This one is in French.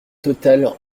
totale